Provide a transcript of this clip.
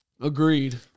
Agreed